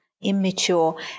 immature